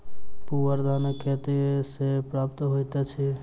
पुआर धानक खेत सॅ प्राप्त होइत अछि